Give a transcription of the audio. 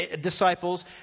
disciples